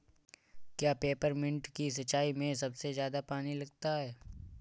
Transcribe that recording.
क्या पेपरमिंट की सिंचाई में सबसे ज्यादा पानी लगता है?